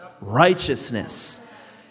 righteousness